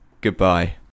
goodbye